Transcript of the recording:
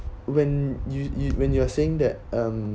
when you you when you're saying that um